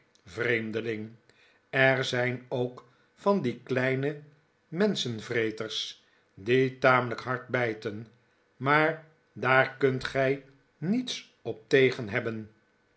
vreemdeling er zijn ook van die kleine menschenvreters die tamelijk hard bijten maar daar kunt gij niets op tegen hebben